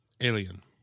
Alien